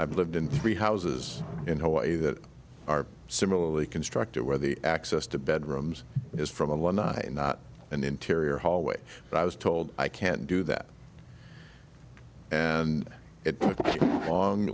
i lived in three houses in hawaii that are similarly constructed where the access to bedrooms is from a one night not an interior hallway but i was told i can't do that and it